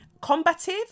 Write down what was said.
combative